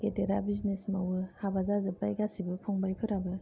गेदेरा बिजिनेस मावो हाबा जाजोबबाय गासिबो फंबाइफोराबो